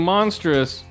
Monstrous